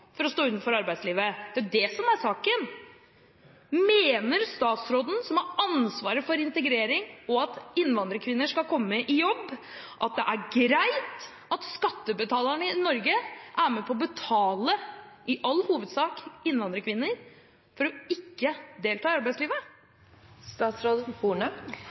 for å stå utenfor arbeidslivet. Det er det som er saken. Mener statsråden, som har ansvaret for integrering og for at innvandrerkvinner skal komme i jobb, at det er greit at skattebetalerne i Norge er med på å betale i all hovedsak innvandrerkvinner for ikke å delta i arbeidslivet?